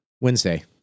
Wednesday